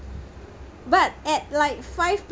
but at like five